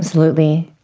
absolutely.